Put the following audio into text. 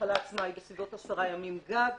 המחלה עצמה היא בסביבות 10 ימים גג,